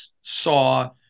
saw